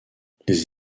les